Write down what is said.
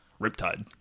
Riptide